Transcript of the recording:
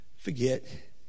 forget